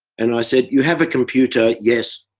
and i said, you have a computer? yes.